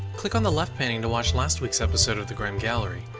click on the left painting to watch last week's episode of the grim gallery.